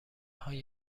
های